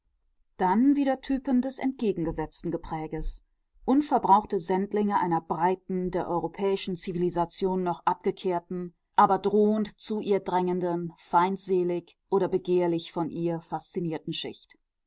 dann wieder typen des entgegengesetzten gepräges unverbrauchte sendlinge einer breiten der europäischen zivilisation noch abgekehrten aber drohend zu ihr drängenden feindselig oder begehrlich von ihr faszinierten schicht